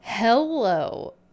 Hello